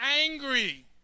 angry